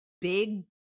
big